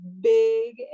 big